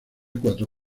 cuatro